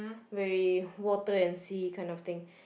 very water and sea kind of thing